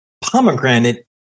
pomegranate